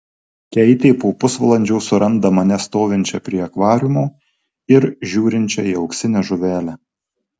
keitė po pusvalandžio suranda mane stovinčią prie akvariumo ir žiūrinčią į auksinę žuvelę